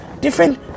different